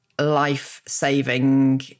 life-saving